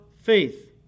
faith